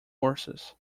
horses